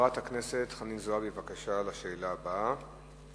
חברת הכנסת חנין זועבי, בבקשה, לשאלה הבאה.